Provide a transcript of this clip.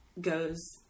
goes